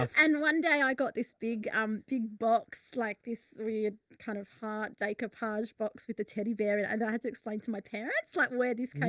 and one day i got this big, um, big box like this wierd. kind of hard decopatch box with a teddy bear and i but had to explain to my parents like, where this came